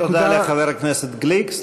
תודה רבה לחבר הכנסת גליק.